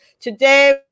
today